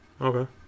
Okay